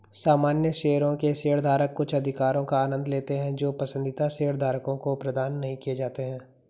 सामान्य शेयरों के शेयरधारक कुछ अधिकारों का आनंद लेते हैं जो पसंदीदा शेयरधारकों को प्रदान नहीं किए जाते हैं